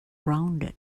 rounded